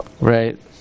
Right